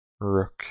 Rook